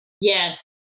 Yes